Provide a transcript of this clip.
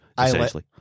essentially